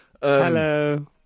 Hello